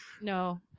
No